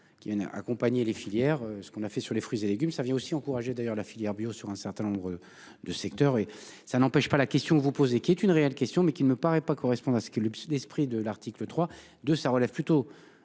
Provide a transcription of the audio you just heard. qui viennent a accompagné les filières. Ce qu'on a fait sur les fruits et légumes ça vient aussi encourager d'ailleurs la filière bio sur un certain nombre de secteurs et ça n'empêche pas la question que vous posez qui est une réelle question mais qui ne me paraît pas correspondre à ce qui le d'esprit de l'article 3 de ça relève plutôt